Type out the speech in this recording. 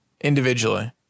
Individually